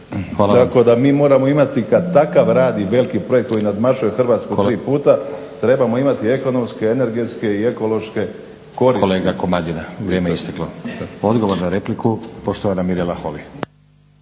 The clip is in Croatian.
Tako da mi moramo imati takav rad i veliki projekt koji nadmašuje Hrvatsku koji puta. Trebamo imati ekonomski, energetske i ekološke koristi. **Stazić, Nenad (SDP)** Kolega Komadina, vrijeme je isteklo. Odgovor na repliku, poštovana Mirela Holy.